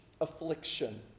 affliction